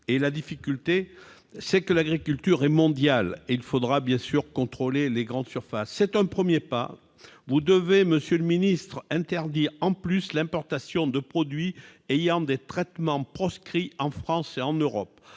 le fait que l'agriculture est mondiale. Et il faudra bien sûr contrôler les grandes surfaces. C'est un premier pas. Vous devez, monsieur le ministre, interdire, en plus, l'importation de produits ayant subi des traitements proscrits en France et en Europe